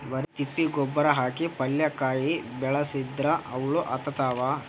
ಬರಿ ತಿಪ್ಪಿ ಗೊಬ್ಬರ ಹಾಕಿ ಪಲ್ಯಾಕಾಯಿ ಬೆಳಸಿದ್ರ ಹುಳ ಹತ್ತತಾವ?